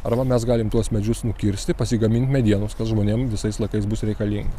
arba mes galim tuos medžius nukirsti pasigamint medienos kas žmonėm visais laikais bus reikalinga